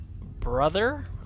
brother